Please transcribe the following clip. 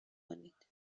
کنید